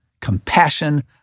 Compassion